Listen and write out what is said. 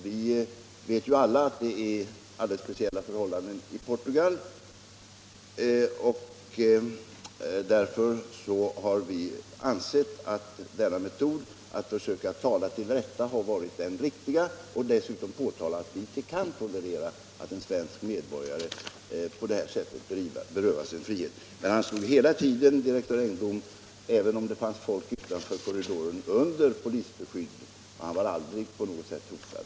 Vi vet alla att det råder alldeles speciella förhållanden i Portugal. Därför har vi ansett att denna metod — att försöka tala till rätta — har varit den riktiga. Vi har dessutom påtalat att vi inte kan tolerera att en svensk medborgare på det här sättet berövas sin frihet. Men direktör Engblom stod hela tiden — även om det fanns folk utanför rummet, i korridoren - under polisskydd, och han var aldrig på något sätt hotad.